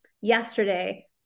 yesterday